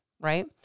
right